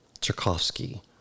Tchaikovsky